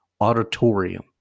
auditorium